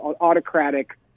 autocratic